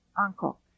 uncle